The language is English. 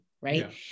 Right